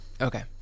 Okay